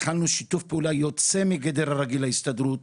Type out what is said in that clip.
התחלנו בשיתוף פעולה יוצא מגדר הרגיל בהסתדרות,